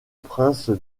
prince